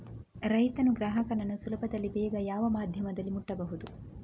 ರೈತನು ಗ್ರಾಹಕನನ್ನು ಸುಲಭದಲ್ಲಿ ಬೇಗ ಯಾವ ಮಾಧ್ಯಮದಲ್ಲಿ ಮುಟ್ಟಬಹುದು?